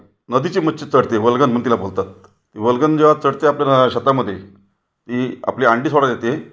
नदीची मच्छी चढते वल्गन म्हणून तिला बोलतात वल्गन जेव्हा चढते आपल्या ना शेतामध्ये ती आपली अंडी सोडायला येते